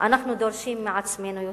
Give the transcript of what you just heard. אנחנו דורשים מעצמנו יותר.